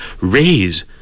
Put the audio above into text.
raise